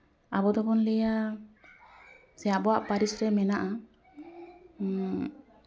ᱟᱵᱚ ᱫᱚᱵᱚᱱ ᱞᱟᱹᱭᱟ ᱥᱮ ᱟᱵᱚᱣᱟᱜ ᱯᱟᱹᱨᱤᱥ ᱨᱮ ᱢᱮᱱᱟᱜᱼᱟ